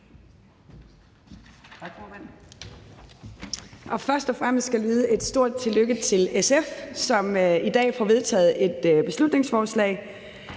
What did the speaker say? først og fremmest lyde et stort tillykke til SF, som i dag får vedtaget et beslutningsforslag.